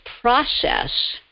process